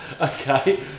okay